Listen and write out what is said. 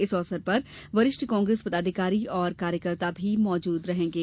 इस अवसर पर वरिष्ठ कांग्रेस पदाधिकारी एवं कार्यकर्ता भी उपस्थित रहेंगे